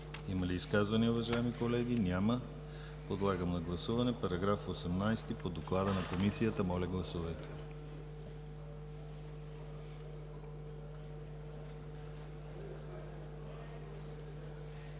Има ли изказвания, уважаеми колеги? Няма. Подлагам на гласуване § 18 по доклада на Комисията. Гласували